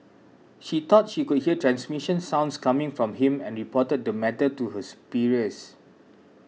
she thought she could hear transmission sounds coming from him and reported the matter to her superiors